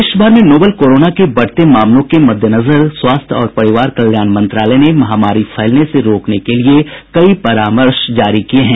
देशभर में novel corona के बढ़ते मामलों के मद्देनजर स्वास्थ्य और परिवार कल्याण मंत्रालय ने महामारी फैलने से रोकने के लिए कई परामर्श जारी किए हैं